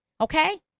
okay